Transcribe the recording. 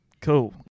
Cool